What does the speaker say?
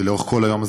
ולאורך כל היום הזה,